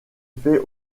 fait